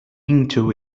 into